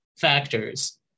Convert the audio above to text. factors